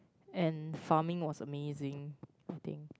and farming was amazing I think